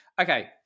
Okay